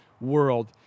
world